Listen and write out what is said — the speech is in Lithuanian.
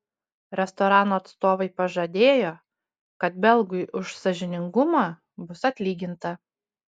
restorano atstovai pažadėjo kad belgui už sąžiningumą bus atlyginta